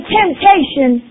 temptation